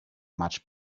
much